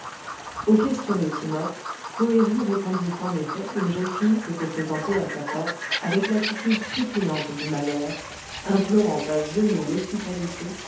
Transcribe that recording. aux questions de timopht poëri répondit qu'en effet une jeune fille s'était présentée à sa porte avec l'attitude suppliante du malheur implorant à genoux l'hospitalité